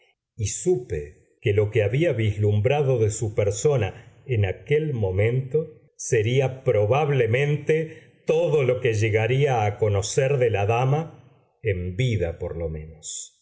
y supe que lo que había vislumbrado de su persona en aquel momento sería probablemente todo lo que llegaría a conocer de la dama en vida por lo menos